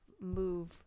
move